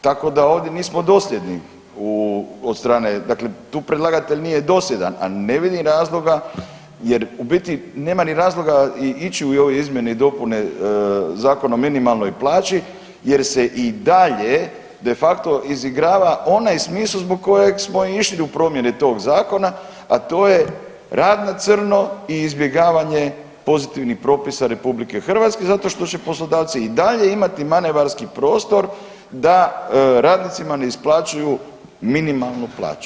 Tako da ovdje nismo dosljednji od strane, dakle tu predlagatelj nije dosljedan, a ne vidim razloga jer u biti nema ni razloga i ići u ove izmjene i dopune Zakona o minimalnoj plaći jer se i dalje de facto izigrava onaj smisao zbog kojeg smo i išli u promjene tog zakona, a to je rad na crno i izbjegavanje pozitivnih propisa RH zato što će poslodavci i dalje imati manevarski prostor da radnicima ne isplaćuju minimalnu plaću.